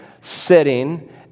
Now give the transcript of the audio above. sitting